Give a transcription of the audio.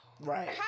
Right